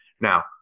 Now